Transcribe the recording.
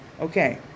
Okay